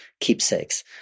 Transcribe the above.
keepsakes